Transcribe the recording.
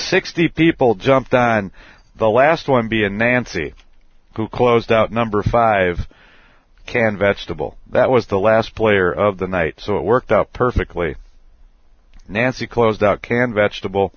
sixty people jumped on the last one b and nancy who closed out number five can vegetable that was the last player of the night so it worked out perfectly nancy closed the can vegetable